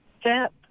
Step